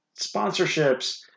sponsorships